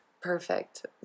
perfect